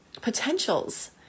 potentials